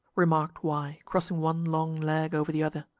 remarked y, crossing one long leg over the other.